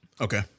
okay